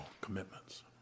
commitments